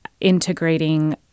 integrating